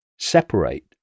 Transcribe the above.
separate